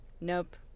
nope